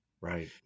Right